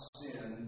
sin